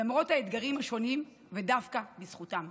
למרות האתגרים השונים, ודווקא בזכותם.